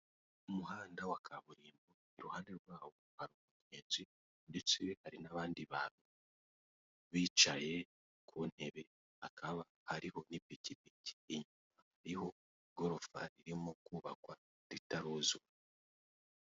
Umuhanda wa kaburimbo, iruhande rwawo ubagenzi ndetse hari n'abanditu bicaye ku ntebe, hakaba hariho ipikipiki, hariho igorofa irimo kubakwa ritaruzura.